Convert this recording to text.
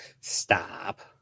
Stop